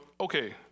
okay